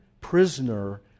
prisoner